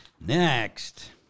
Next